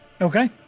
Okay